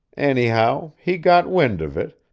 anyhow, he got wind of it,